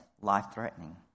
life-threatening